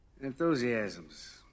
enthusiasms